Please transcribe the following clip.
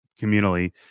communally